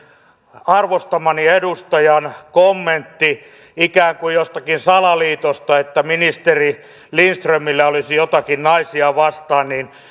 arvostamani edustajan kommentti ikään kuin jostakin salaliitosta että ministeri lindströmillä olisi jotakin naisia vastaan